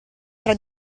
tra